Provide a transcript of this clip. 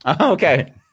Okay